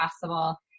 possible